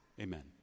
Amen